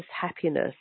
happiness